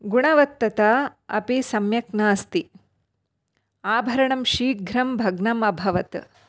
गुणवत्तता अपि सम्यक् नास्ति आभरणं शीघ्रं भग्नम् अभवत्